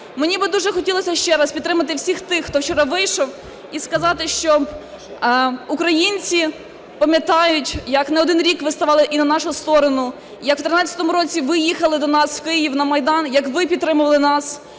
Мені би дуже хотілося ще раз підтримати всіх тих, хто вчора вийшов, і сказати, що українці пам'ятають, як не один рік ви ставали і на нашу сторону, як в 2013 році ви їхали до нас в Київ на Майдан, як ви підтримували нас,